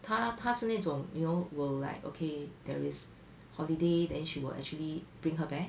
她她是那种 you know will like okay there is holiday then she will actually bring her back